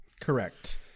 Correct